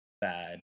bad